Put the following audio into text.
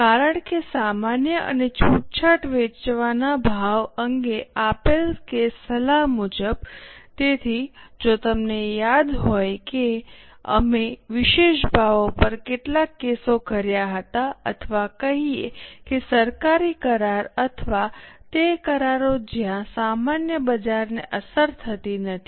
કારણ કે સામાન્ય અને છૂટછાટ વેચવાના ભાવ અંગે આપેલ કેસ સલાહ મુજબ તેથી જો તમને યાદ હોય કે અમે વિશેષ ભાવો પર કેટલાક કેસો કર્યા હતા અથવા કહીએ કે સરકારી કરાર અથવા તે કરારો જ્યાં સામાન્ય બજારને અસર થતી નથી